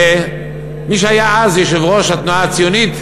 ומי שהיה אז יושב-ראש התנועה הציונית,